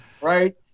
right